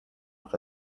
off